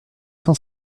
cent